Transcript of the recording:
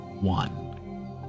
one